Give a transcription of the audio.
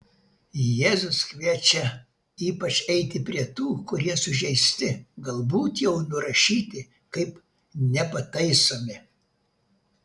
jėzus kviečia ypač eiti prie tų kurie sužeisti galbūt jau nurašyti kaip nepataisomi